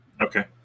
Okay